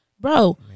bro